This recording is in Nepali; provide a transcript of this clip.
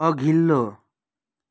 अघिल्लो